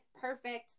perfect